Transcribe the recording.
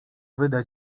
wyda